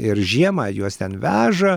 ir žiemą juos ten veža